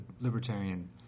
libertarian